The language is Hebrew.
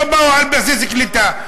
הם לא באו על בסיס קליטה,